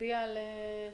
נצביע על התיקון.